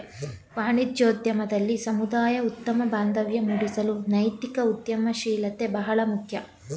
ವಾಣಿಜ್ಯೋದ್ಯಮದಲ್ಲಿ ಸಮುದಾಯದ ಉತ್ತಮ ಬಾಂಧವ್ಯ ಮೂಡಿಸಲು ನೈತಿಕ ಉದ್ಯಮಶೀಲತೆ ಬಹಳ ಮುಖ್ಯ